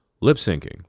lip-syncing